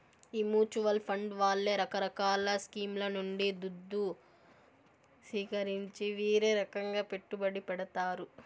ఈ mutual fund వాళ్లే రకరకాల స్కీంల నుండి దుద్దు సీకరించి వీరే రకంగా పెట్టుబడి పెడతారు